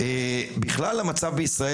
המצב בישראל,